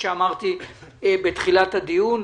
כפי שאמרתי בתחילת הדיון.